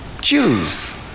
Jews